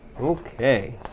Okay